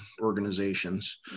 organizations